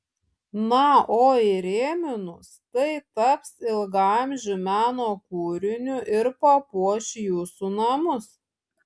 na o įrėminus tai taps ilgaamžiu meno kūriniu ir papuoš jūsų namus